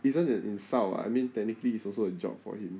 isn't it an insult [what] I mean technically it's also a job for him